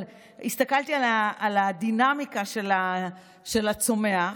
אבל הסתכלתי על הדינמיקה של הצומח.